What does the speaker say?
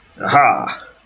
Aha